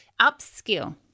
upskill